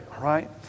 right